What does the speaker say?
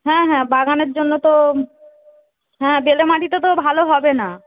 হ্যাঁ হ্যাঁ বাগানের জন্য তো হ্যাঁ বেলে মাটিটা তো ভালো হবে না